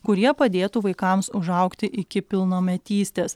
kurie padėtų vaikams užaugti iki pilnometystės